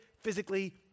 physically